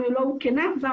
אם היא לא הותקנה כבר.